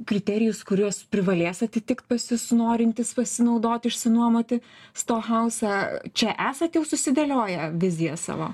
kriterijus kuriuos privalės atitikt pas jus norintys pasinaudot išsinuomoti stohausą čia esat jau susidėlioję viziją savo